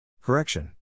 Correction